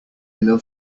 love